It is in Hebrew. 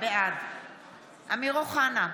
בעד אמיר אוחנה,